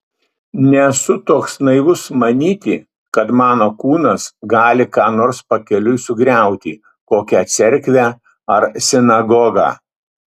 nesu toks naivus manyti kad mano kūnas gali ką nors pakeliui sugriauti kokią cerkvę ar sinagogą